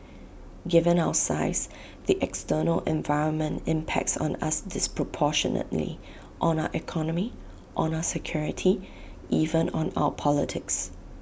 given our size the external environment impacts on us disproportionately on our economy on our security even on our politics